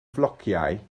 flociau